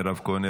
מירב כהן,